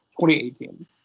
2018